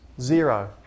Zero